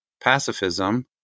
pacifism